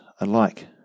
alike